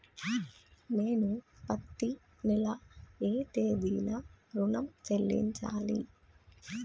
నేను పత్తి నెల ఏ తేదీనా ఋణం చెల్లించాలి?